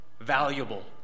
Valuable